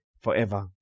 forever